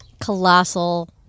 colossal